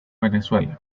venezuela